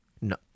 No